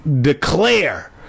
declare